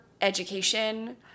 education